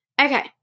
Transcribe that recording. Okay